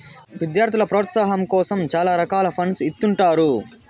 విద్యార్థుల ప్రోత్సాహాం కోసం చాలా రకాల ఫండ్స్ ఇత్తుంటారు